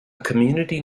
community